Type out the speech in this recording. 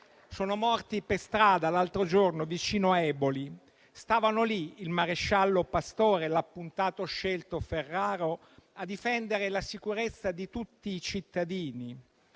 sono morti per strada l'altro giorno vicino a Eboli. Stavano lì, il maresciallo Pastore e l'appuntato scelto Ferraro, a difendere la sicurezza di tutti i cittadini.